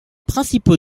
principaux